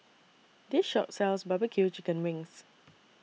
This Shop sells Barbecue Chicken Wings